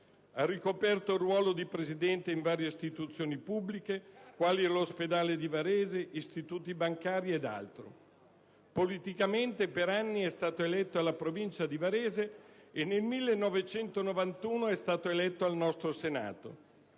Ha ricoperto il ruolo di Presidente in varie istituzioni pubbliche, quali l'ospedale di Varese, istituti bancari ed altro. Politicamente, per anni è stato eletto alla Provincia di Varese, e nel 1991 è stato eletto nel nostro Senato.